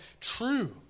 true